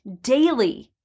daily